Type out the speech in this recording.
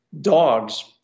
dogs